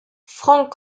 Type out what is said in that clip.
frank